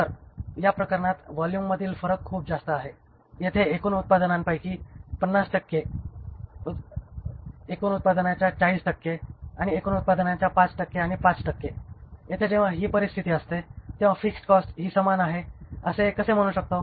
तर या प्रकरणात व्हॉल्यूममधील फरक खूप जास्त आहे येथे एकूण उत्पादनांपैकी 50 टक्के येथे एकूण उत्पादनाच्या 40 टक्के आणि एकूण उत्पादनाच्या 5 टक्के आणि 5 टक्के येथे जेव्हा ही परिस्थिती असते तेव्हा फिक्स्ड कॉस्ट ही समान आहे असे कसे म्हणू शकतो